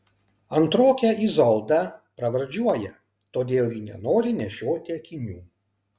antrokę izoldą pravardžiuoja todėl ji nenori nešioti akinių